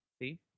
See